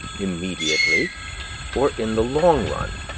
immediately or in the long run.